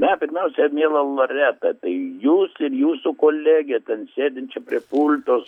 na pirmiausia tai miela loreta tai jūs ir jūsų kolegę ten sėdinčią prie pulto su